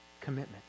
commitment